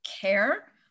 care